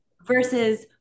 versus